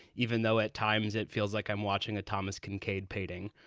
even though at times it feels like i'm watching a thomas kincaid painting.